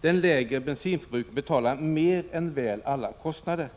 Den lägre bensinförbrukningen betalar mer än väl alla kostnader.